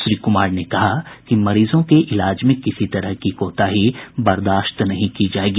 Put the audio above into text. श्री कुमार ने कहा कि मरीजों के इलाज में किसी भी तरह की कोताही बर्दाश्त नहीं की जायेगी